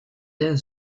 der